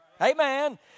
Amen